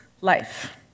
life